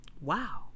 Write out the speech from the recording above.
Wow